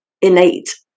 innate